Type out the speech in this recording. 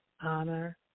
honor